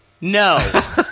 no